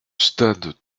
stade